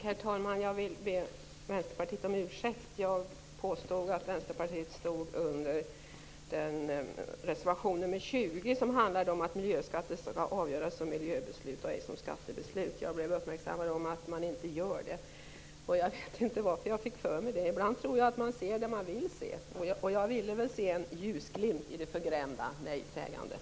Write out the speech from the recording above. Herr talman! Jag vill be Vänsterpartiet om ursäkt. Jag påstod att Vänsterpartiet står bakom reservation nr 20 som handlar om att miljöskatter skall avgöras som miljöbeslut och ej som skattebeslut. Jag blev uppmärksammad på att Vänsterpartiet inte står bakom den reservationen. Jag vet inte varför jag fick för mig det. Ibland tror jag att man ser det man vill se, och jag ville väl se en ljusglimt i det förgrämda nej-sägandet.